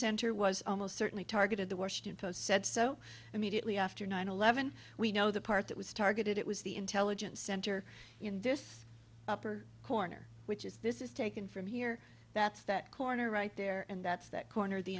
center was almost certainly targeted the washington post said so immediately after nine eleven we know the part that was targeted it was the intelligence center in this upper corner which is this is taken from here that's that corner right there and that's that corner